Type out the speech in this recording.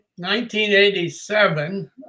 1987